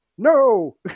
No